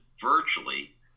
virtually